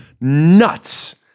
nuts